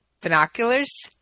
binoculars